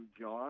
John